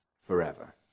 forever